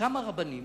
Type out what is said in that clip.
כמה רבנים